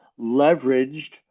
leveraged